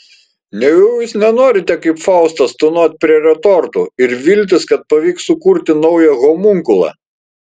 nejau jūs nenorite kaip faustas tūnot prie retortų ir viltis kad pavyks sukurti naują homunkulą